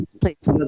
please